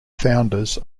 founders